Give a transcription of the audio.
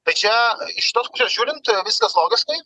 tai čia iš tos pusės žiūrint viskas logiškai